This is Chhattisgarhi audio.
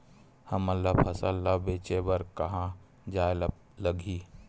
हमन ला फसल ला बेचे बर कहां जाये ला लगही?